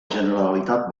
generalitat